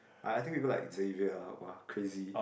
I I think people like Xavier ah [wah] crazy